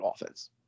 offense